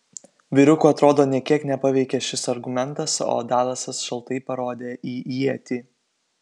vyrukų atrodo nė kiek nepaveikė šis argumentas o dalasas šaltai parodė į ietį